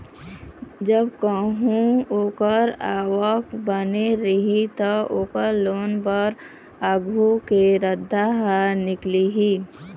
जब कहूँ ओखर आवक बने रही त, ओखर लोन बर आघु के रद्दा ह निकलही